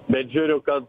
bet žiūriu kad